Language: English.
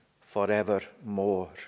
forevermore